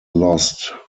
lost